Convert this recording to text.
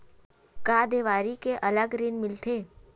का देवारी के अलग ऋण मिलथे?